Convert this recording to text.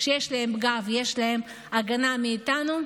שיש להם גב ויש להם הגנה מאיתנו,